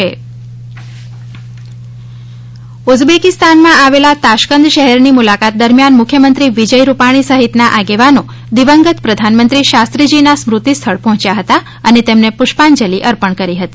Rupani Tashkent ઉઝબેકીસ્તાનમાં આવેલા Tashkent શહેરની મુલાકાત દરમ્યાન મુખ્યમંત્રી વિજય રૂપાણી સહિતના આગેવાનો દિવંગત પ્રધાનમંત્રી શાસ્ત્રીજીના સ્મૃતિ સ્થળ પર્હોચ્યા હતા અને તેમને પુષ્પાંજલિ અર્પણ કરી હતી